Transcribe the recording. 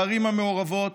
בערים המעורבות,